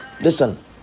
Listen